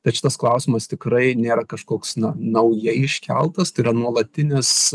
tad šitas klausimas tikrai nėra kažkoks na naujai iškeltas tai yra nuolatinis